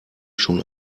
schon